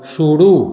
शुरू